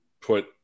put